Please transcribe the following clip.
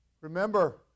remember